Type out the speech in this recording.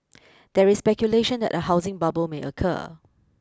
there is speculation that a housing bubble may occur